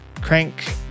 crank